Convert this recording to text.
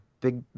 big